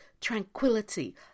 tranquility